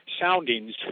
soundings